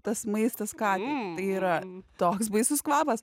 tas maistas katei yra toks baisus kvapas